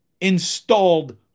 installed